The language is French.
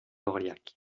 orliac